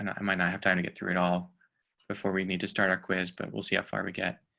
and i might not have time to get through it all before. we need to start our quiz, but we'll see how far we get